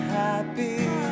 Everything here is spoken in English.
happy